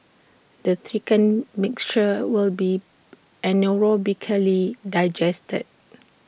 the thickened mixture will be anaerobically digested